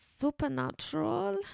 supernatural